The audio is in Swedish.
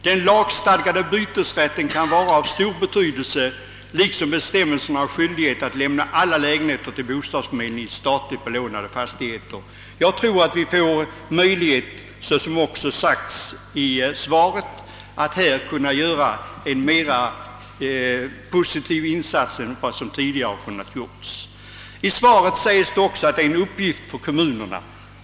Den lagstadgade bytesrätten kan bli av stor betydelse liksom bestämmelsen om skyldigheten att i statsbelånade fastigheter lämna alla lägenheter till bostadsförmedlingarna. Jag tror att dessa därigenom får möjlighet, såsom också framhållits i svaret, att göra en mer positiv insats än tidigare. I svaret sägs att det här är en uppgift för kommunerna.